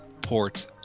port